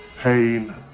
Pain